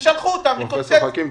ששלחו אותם לקושש נדבות -- פרופ' חכים,